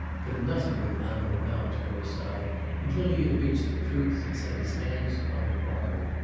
for nothing would hanaud now turn aside until he had reached the truth and set his hands upon the quarry.